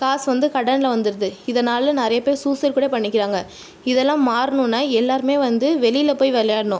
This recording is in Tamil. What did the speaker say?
காசு வந்து கடனில் வந்துடுது அதனால் நிறைய பேர் சூசைட் கூட பண்ணிக்கிறாங்க இதெல்லாம் மாறணும்னால் எல்லோருமே வந்து வெளியில் போய் விளையாடணும்